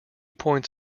points